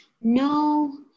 No